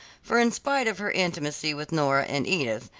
for in spite of her intimacy with nora and edith,